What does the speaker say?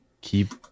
keep